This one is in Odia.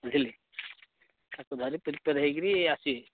ବୁଝିଲେ ତାକୁ ଧରି ପ୍ରିପେୟାର୍ ହେଇକି ଆସିବେ